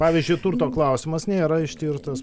pavyzdžiui turto klausimas nėra ištirtas